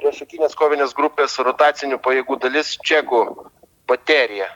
priešakinės kovinės grupės rotacinių pajėgų dalis čekų baterija